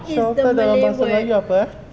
shelter dalam bahasa melayu apa eh